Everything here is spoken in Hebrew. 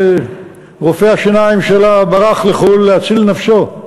ורופא השיניים שלה ברח לחו"ל להציל נפשו,